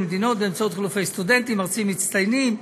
מדינות באמצעות חילופי סטודנטים ומרצים מצטיינים,